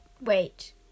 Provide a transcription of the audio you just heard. Wait